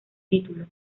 título